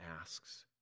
asks